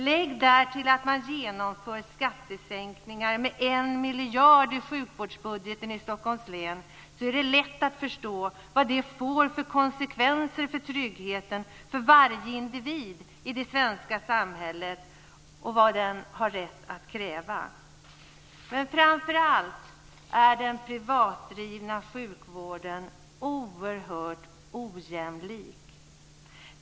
Lägg därtill att man genomför skattesänkningar med 1 miljard i sjukvårdsbudgeten i Stockholms län. Då är det lätt att förstå vad det får för konsekvenser för tryggheten, för varje individ i det svenska samhället, och vad den har rätt att kräva. Men framför allt är den privatdrivna sjukvården oerhört ojämlik.